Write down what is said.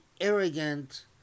arrogant